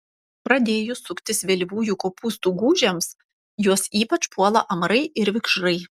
pradėjus suktis vėlyvųjų kopūstų gūžėms juos ypač puola amarai ir vikšrai